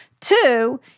Two